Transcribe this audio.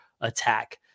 attack